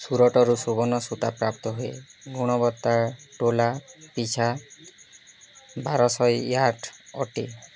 ସୁରଟରୁ ସୁବର୍ଣ୍ଣ ସୂତା ପ୍ରାପ୍ତ ହୁଏ ଗୁଣବତ୍ତା ଟୋଲା ପିଛା ବାରଶହ ୟାର୍ଟ୍ ଅଟେ